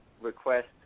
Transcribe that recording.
Request